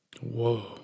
Whoa